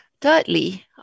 Thirdly